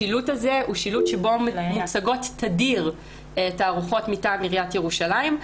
השילוט הזה הוא שילוט שבו מוצגות תדיר תערוכות מטעם עיריית ירושלים.